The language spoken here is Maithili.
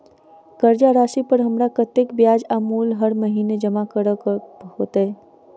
कर्जा राशि पर हमरा कत्तेक ब्याज आ मूल हर महीने जमा करऽ कऽ हेतै?